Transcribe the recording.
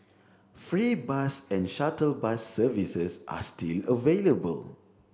free bus and shuttle bus services are still available